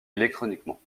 électroniquement